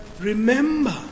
remember